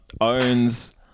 owns